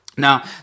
Now